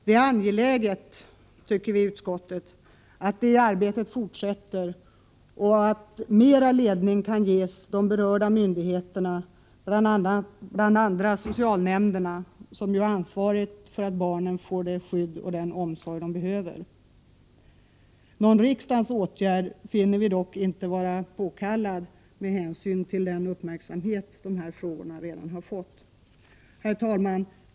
Vi tycker att det är angeläget att det arbetet fortsätter och att mera ledning kan ges de berörda myndigheterna, bl.a. socialnämnderna, som ju har ansvaret för att barnen får det skydd och den omsorg de behöver. Någon riksdagens åtgärd finner vi dock inte vara påkallad med hänsyn till den uppmärksamhet dessa frågor redan har fått. Herr talman!